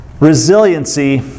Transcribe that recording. resiliency